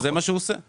זה מה שהוא עושה.